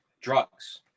drugs